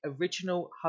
original